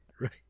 right